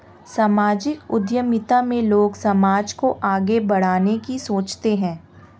सामाजिक उद्यमिता में लोग समाज को आगे बढ़ाने की सोचते हैं